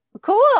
Cool